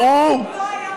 השר לוין,